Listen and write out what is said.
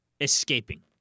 escaping